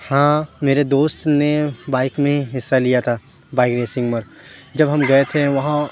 ہاں میرے دوست نے بائک میں حصّہ لیا تھا بائک ریسنگ میں جب ہم گئے تھے وہاں